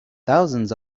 thousands